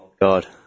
god